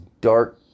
dark